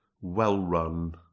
well-run